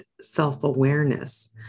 self-awareness